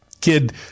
kid